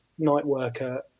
Nightworker